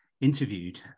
interviewed